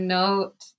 note